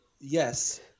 yes